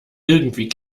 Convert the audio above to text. irgendwie